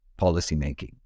policymaking